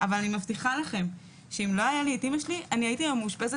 אבל אני מבטיחה לכם שאם לא היה לי אימא שלי הייתי מאושפזת